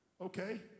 okay